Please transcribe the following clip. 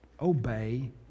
Obey